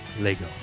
Lego